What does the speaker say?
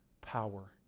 power